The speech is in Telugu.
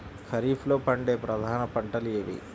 ఖరీఫ్లో పండే ప్రధాన పంటలు ఏవి?